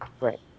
right